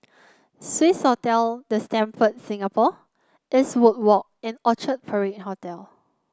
Swissotel The Stamford Singapore Eastwood Walk and Orchard Parade Hotel